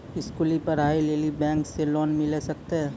स्कूली पढ़ाई लेली बैंक से लोन मिले सकते?